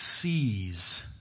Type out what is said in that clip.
sees